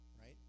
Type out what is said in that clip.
right